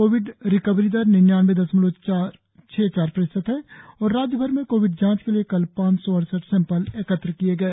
Covid रिवरी दर निन्यानवे दशमलव छह चार प्रतिशत है और राज्यभर में कोविड जांच के लिए कल पांच सौ अड़सठ सैंपल एकत्र किए गए